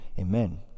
Amen